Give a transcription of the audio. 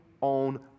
on